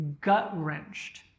gut-wrenched